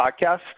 Podcast